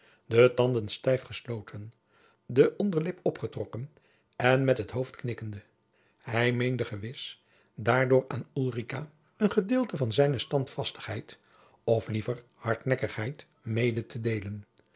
de tanden stijf gesloten de onjacob van lennep de pleegzoon derlip opgetrokken en met het hoofd knikkende hij meende gewis daardoor aan ulrica een gedeelte van zijne standvastigheid of liever hardnekkigheid mede te deelen